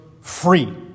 free